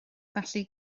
felly